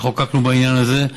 שחוקקנו בעניין הזה,